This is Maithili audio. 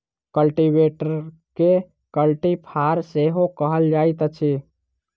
कल्टीवेटरकेँ कल्टी फार सेहो कहल जाइत अछि